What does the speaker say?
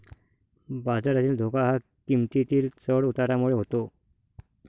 बाजारातील धोका हा किंमतीतील चढ उतारामुळे होतो